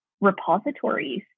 repositories